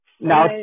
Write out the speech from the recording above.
Now